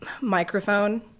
microphone